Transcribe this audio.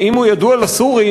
אם הוא ידוע לסורים,